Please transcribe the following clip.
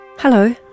Hello